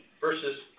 versus